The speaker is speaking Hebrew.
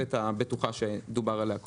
ואת הבטוחה של ה-20% שדובר עליה קודם.